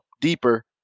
deeper